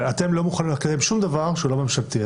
אתם לא מוכנים לקדם שום דבר שהוא לא ממשלתי,